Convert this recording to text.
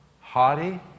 haughty